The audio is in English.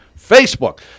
Facebook